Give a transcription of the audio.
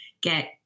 get